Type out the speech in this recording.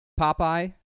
Popeye